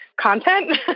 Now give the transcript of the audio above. content